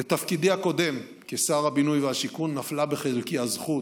בתפקידי הקודם כשר הבינוי והשיכון נפלה בחלקי הזכות